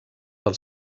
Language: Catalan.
del